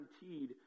guaranteed